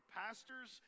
pastors